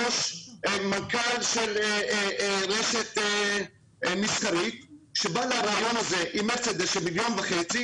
מנכ"ל של רשת מסחרית שבא לריאיון הזה במרצדס של מיליון וחצי